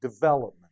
development